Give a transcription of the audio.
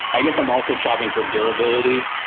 i guess i'm also shopping for durability.